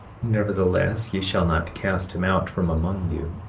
nevertheless, ye shall not cast him out from among you,